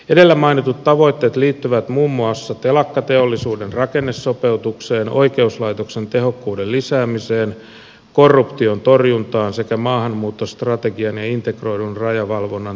edellä mainitut tavoitteet liittyvät muun muassa telakkateollisuuden rakennesopeutukseen oikeuslaitoksen tehokkuuden lisäämiseen korruption torjuntaan sekä maahanmuuttostrategian ja integroidun rajavalvonnan täytäntöönpanoon